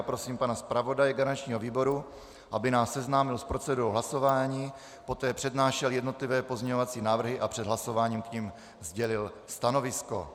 Prosím pana zpravodaje garančního výboru, aby nás seznámil s procedurou hlasování, poté přednášel jednotlivé pozměňovací návrhy a před hlasováním k nim sdělil stanovisko.